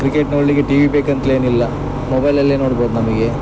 cricket ನೋಡಲಿಕ್ಕೆ TV ಬೇಕಂತ್ಲೇ ಏನಿಲ್ಲ ಮೊಬೈಲ್ ಅಲ್ಲೆ ನೋಡ್ಬೋದು ನಮಗೆ